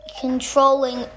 controlling